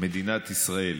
מדינת ישראל.